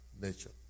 nature